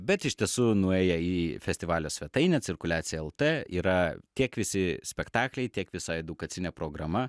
bet iš tiesų nuėję į festivalio svetainę cirkuliacija lt yra tiek visi spektakliai tiek visa edukacinė programa